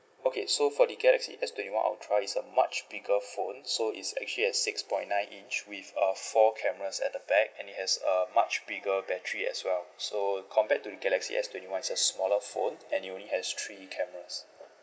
okay so for the galaxy S twenty one ultra is a much bigger phone so it's actually has six point nine inch with uh four cameras at the back and it has uh much bigger battery as well so compared to the galaxy S twenty one it's a smaller phone and it only has three cameras